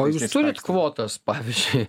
o jūs turit kvotas pavyzdžiui